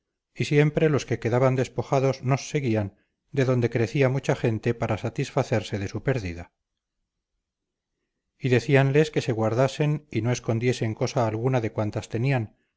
y siempre los que quedaban despojados nos seguían de donde crecía mucha gente para satisfacerse de su pérdida y decíanles que se guardasen y no escondiesen cosa alguna de cuantas tenían